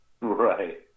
Right